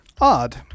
Odd